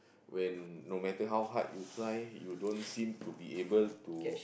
when no matter how hard you try you don't seem to be able to